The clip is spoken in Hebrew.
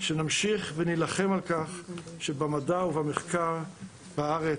שנמשיך ונילחם על-כך שבמדע ובמחקר בארץ